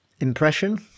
impression